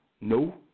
No